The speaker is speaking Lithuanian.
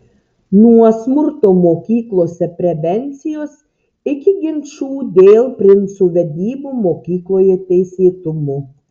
nuo smurto mokyklose prevencijos iki ginčų dėl princų vedybų mokykloje teisėtumo